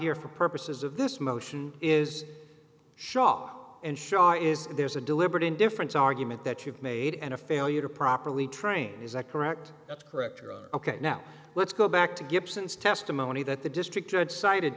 here for purposes of this motion is shaw and shaw is there's a deliberate indifference argument that you've made and a failure to properly train is that correct that's correct ok now let's go back to gibson's testimony that the district judge cited